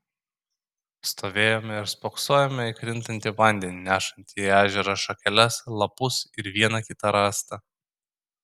stovėjome ir spoksojome į krintantį vandenį nešantį į ežerą šakeles lapus ir vieną kitą rąstą